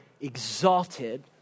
exalted